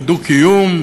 ודו-קיום,